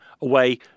away